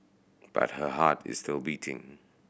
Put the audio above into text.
but her heart is still beating